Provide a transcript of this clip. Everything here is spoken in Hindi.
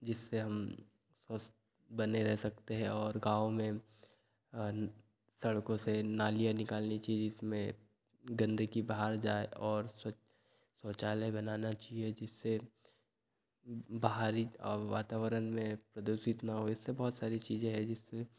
जिससे हम स्वस्थ बने रह सकते हैं और गाँव में सड़कों से नालियाँ निकालनी चाहिए जिसमें गंदगी बाहर जाए और स्व शौचालय बनाना चाहिए जिससे बाहरी वातावरण में प्रदूषित ना हो इससे बहुत सारी चीजें हैं जिससे